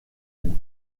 une